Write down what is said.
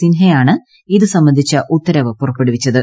സിൻഹയാണ് ഇത് സംബന്ധിച്ച ഉത്തരവ് പുറപ്പെടുവിച്ചത്